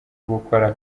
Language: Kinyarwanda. gukora